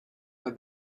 are